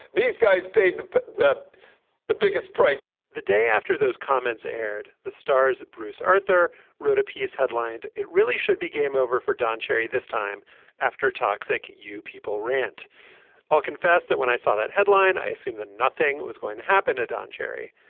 these guys paid the the biggest price the day after those comments aired the stars bruce arthur wrote a piece headlined it really should be game over for don cherry. this time after toxic you people rant i'll confess that when i saw that headline i assume that nothing was going to happen to don cherry.